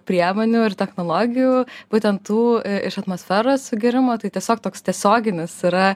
priemonių ir technologijų būtent tų iš atmosferos sugėrimo tai tiesiog toks tiesioginis yra